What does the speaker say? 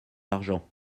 argent